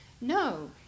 No